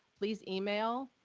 please email